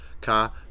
car